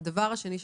הדבר השני הוא